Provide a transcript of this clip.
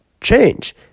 change